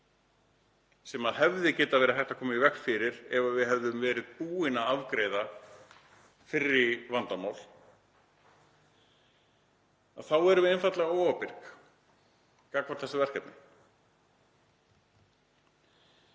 sem hefði getað verið hægt að koma í veg fyrir, ef við hefðum verið búin að afgreiða fyrri vandamál, þá erum við einfaldlega óábyrg gagnvart þessu verkefni.